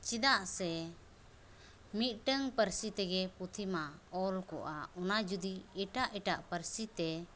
ᱪᱮᱫᱟᱜ ᱥᱮ ᱢᱤᱫᱴᱟᱝ ᱯᱟᱹᱨᱥᱤ ᱛᱮᱜᱮ ᱯᱩᱛᱷᱤᱢᱟ ᱚᱞ ᱠᱚᱜᱼᱟ ᱚᱱᱟ ᱡᱩᱫᱤ ᱮᱴᱟᱜ ᱮᱴᱟᱜ ᱯᱟᱹᱨᱥᱤᱛᱮ